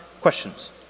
Questions